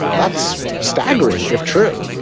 that's staggering. if true,